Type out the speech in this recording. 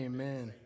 Amen